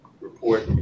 report